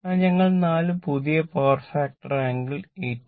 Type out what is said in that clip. അതിനാൽ ഞങ്ങൾക്ക് നാല് പുതിയ പവർ ഫാക്ടർ ആംഗിൾ 18